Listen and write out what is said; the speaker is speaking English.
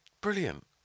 Brilliant